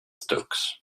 stokes